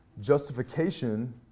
justification